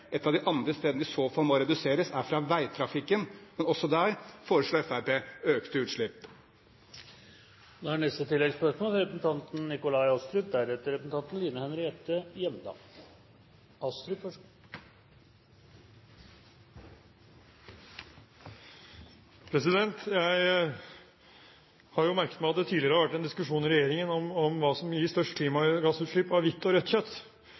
Et av de andre stedene de i så fall må reduseres, er fra veitrafikken, men også der foreslår Fremskrittspartiet økte utslipp. Nikolai Astrup – til oppfølgingsspørsmål. Jeg har merket meg at det tidligere har vært en diskusjon i regjeringen om hva som gir størst klimagassutslipp av hvitt eller rødt kjøtt.